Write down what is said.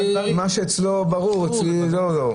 מה שאצלו ברור אצלי לא.